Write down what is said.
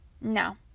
No